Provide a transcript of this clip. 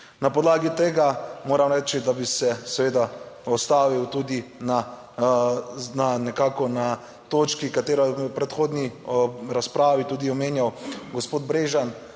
Na podlagi tega moram reči, da bi se seveda ustavil tudi nekako na točki, katero je v predhodni razpravi tudi omenjal gospod Brežan.